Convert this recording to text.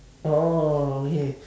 orh orh okay